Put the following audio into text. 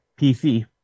PC